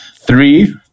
Three